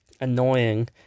annoying